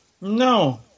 No